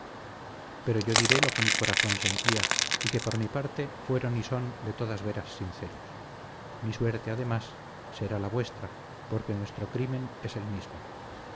pero yo diré lo que mi corazón sentía y que por mi parte fueron y son de todas veras sinceros mi suerte además será la vuestra porque nuestro crimen es el mismo